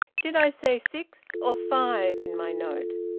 did i say six, or five, in my note?